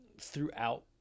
throughout